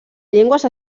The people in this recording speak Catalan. llengües